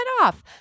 off